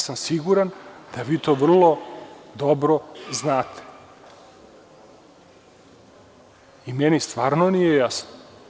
Siguran sam da vi to vrlo dobro znate i meni stvarno nije jasno.